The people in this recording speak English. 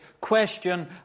question